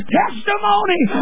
testimony